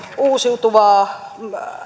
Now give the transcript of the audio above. uusiutuvaa